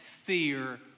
fear